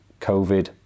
COVID